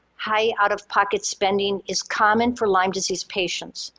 high out-of-pocket spending is common for lyme disease patients.